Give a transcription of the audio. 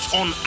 on